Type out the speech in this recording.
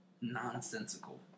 nonsensical